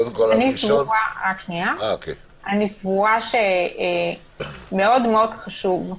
אני סבורה שמאוד מאוד חשוב,